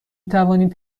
توانید